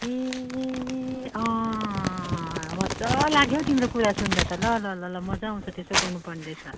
ए अँ मजा लाग्यो हौ तिम्रो कुरा सुन्दा त ल ल ल ल मजा आउँछ त्यसो गर्नुपर्ने रहेछ